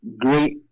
great